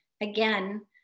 again